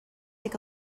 take